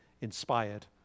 inspired